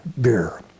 Beer